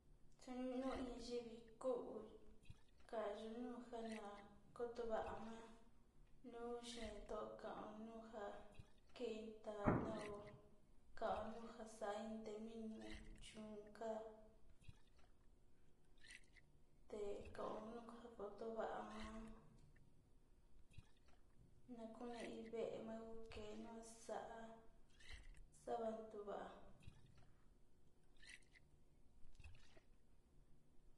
Chon not iin nrivi kuu, ka'a yunu njana kotuva'ama nuu yendo kao nunja kintana ho kanuja xain iin ndemino chón ka'a, te'e kaima tukutumama nakone vée hi mau keno xa'a, xavan tuva'a.